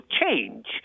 change